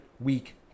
week